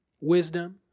wisdom